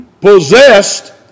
possessed